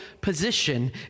position